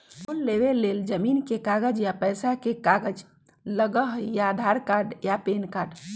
Loan लेवेके लेल जमीन के कागज या पेशा के कागज लगहई या आधार कार्ड या पेन कार्ड?